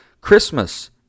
Christmas